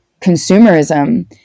consumerism